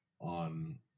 On